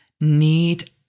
need